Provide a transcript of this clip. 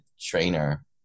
trainer